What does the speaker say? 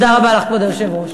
תודה רבה לך, כבוד היושבת-ראש.